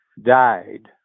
died